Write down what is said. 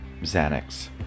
Xanax